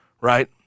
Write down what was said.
Right